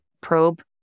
probe